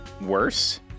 worse